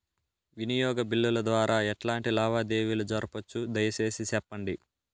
వినియోగ బిల్లుల ద్వారా ఎట్లాంటి లావాదేవీలు జరపొచ్చు, దయసేసి సెప్పండి?